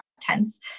tense